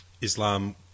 Islam